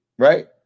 right